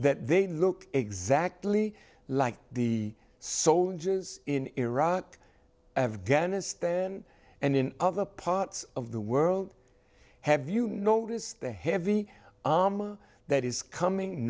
that they look exactly like the soldiers in iraq afghanistan and in other parts of the world have you noticed the heavy armor that is coming